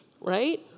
Right